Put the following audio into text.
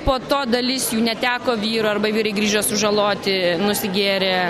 po to dalis jų neteko vyro arba vyrai grįžo sužaloti nusigėrė